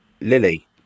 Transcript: Lily